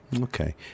Okay